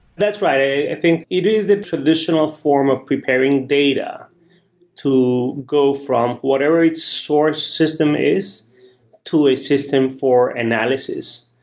that's right. i think it is a traditional form of preparing data to go from whatever its sourced system is to a system for analysis.